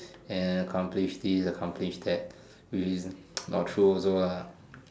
and accomplish this accomplish that which is not true also ah